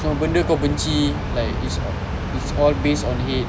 semua benda kau benci like it's all it's all based on hate